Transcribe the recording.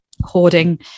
hoarding